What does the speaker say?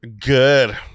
Good